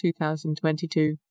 2022